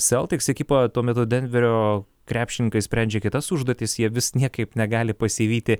celtics ekipą tuo metu denverio krepšininkai sprendžia kitas užduotis jie vis niekaip negali pasivyti